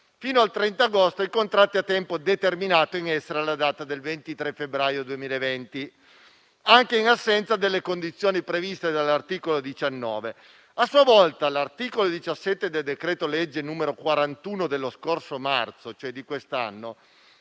fino al 30 agosto i contratti a tempo determinato, in essere alla data del 23 febbraio 2020, anche in assenza delle condizioni previste dall'articolo 19. A sua volta, l'articolo 17 del decreto-legge n. 41 del marzo di quest'anno,